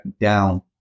down